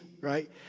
right